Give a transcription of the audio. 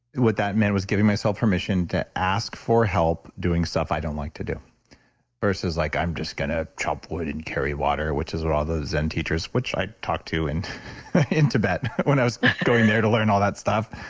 that meant was giving myself permission to ask for help doing stuff i don't like to do versus like i'm just going to chop wood and carry water, which is what all those zen teachers, which i'd talked to and in tibet when i was going there to learn all that stuff.